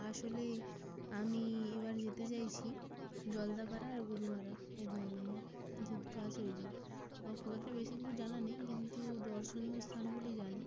আসলে আমি এবার যেতে চাইছি জলদাপাড়া আর গরুমারা অভয়ারণ্য যে দুটো আছে ওইগুলো আমার খুব একটা বেশি কিছু জানা নেই কিন্তু দর্শনীয় স্থানগুলোই জানি